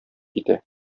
китә